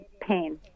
pain